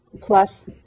plus